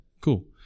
cool